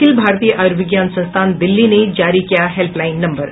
अखिल भारतीय आयुर्विज्ञान संस्थान दिल्ली ने जारी किया हेल्पलाईन नम्बर